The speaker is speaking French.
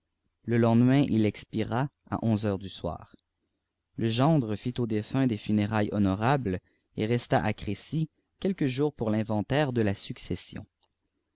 le lendemain il expira à onze heures du soir le gendre fit au défunt des funérailles honorables et resta à crécy quelques jours pour l'inventaire de la succession